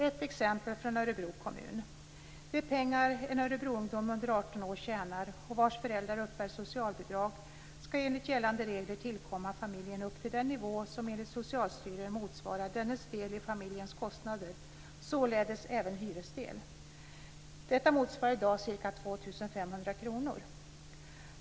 Ett exempel från Örebro kommun: De pengar som en örebroungdom under 18 år tjänar och vars föräldrar uppbär socialbidrag skall enligt gällande regler tillkomma familjen upp till den nivå som enligt Socialstyrelsen motsvarar dennes del i familjens kostnader, således även hyresdel. Detta motsvarar i dag ca 2 500 kr.